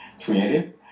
creative